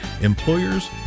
Employers